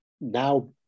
now